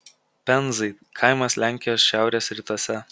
penzai kaimas lenkijos šiaurės rytuose